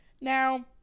now